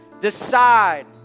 decide